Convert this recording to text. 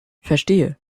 verstehe